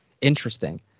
interesting